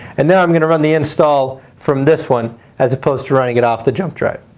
and then i'm going to run the install from this one as opposed to running it off the jump drive.